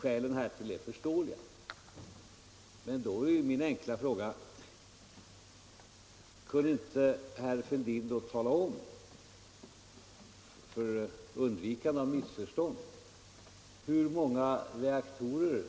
Skälen härtill är förståeliga — men då är min enkla fråga: Kunde inte herr Fälldin, för undvikande av missförstånd, nu tala om hur många reaktorer